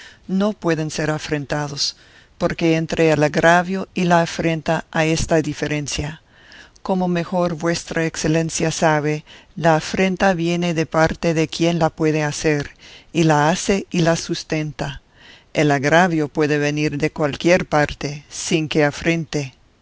no pueden ser afrentados porque entre el agravio y la afrenta hay esta diferencia como mejor vuestra excelencia sabe la afrenta viene de parte de quien la puede hacer y la hace y la sustenta el agravio puede venir de cualquier parte sin que afrente